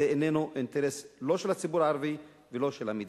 זה איננו אינטרס לא של הציבור הערבי ולא של המדינה.